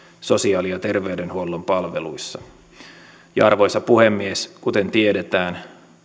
sosiaali ja terveydenhuollon palveluissa arvoisa puhemies kuten tiedetään